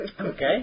Okay